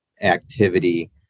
activity